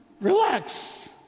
Relax